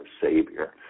Savior